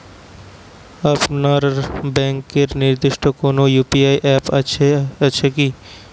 আপনার ব্যাংকের নির্দিষ্ট কোনো ইউ.পি.আই অ্যাপ আছে আছে কি?